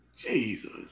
Jesus